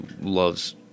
loves